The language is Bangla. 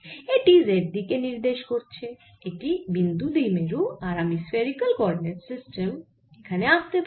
এটি z দিকে নির্দেশ করছে এটি বিন্দু দ্বিমেরু আর আমি স্ফেরিকাল কোঅরডিনেট সিস্টেম ও এখানে আঁকতে পারি